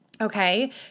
Okay